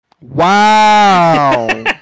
wow